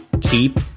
keep